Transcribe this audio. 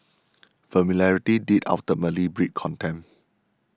familiarity did ultimately breed contempt